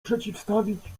przeciwstawić